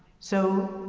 so,